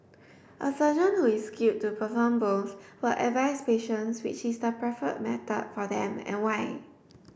a surgeon who is skilled to perform both will advise patients which is the preferred method for them and why